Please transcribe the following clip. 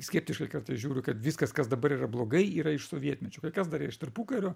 skeptiškai žiūriu kad viskas kas dabar yra blogai yra iš sovietmečio kai kas dar ir iš tarpukario